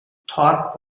thorpe